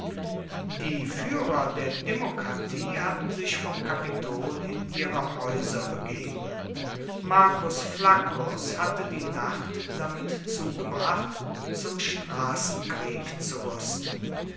die führer der demokratie hatten sich vom kapitol in ihre häuser begeben marcus flaccus hatte die nacht damit zugebracht zum straßenkrieg zu rüsten